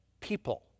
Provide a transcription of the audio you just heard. people